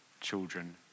children